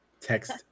text